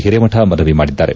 ಹಿರೇಮಠ ಮನವಿ ಮಾಡಿದ್ದಾರೆ